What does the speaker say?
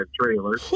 trailer